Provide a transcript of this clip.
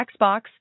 Xbox